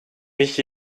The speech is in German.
mich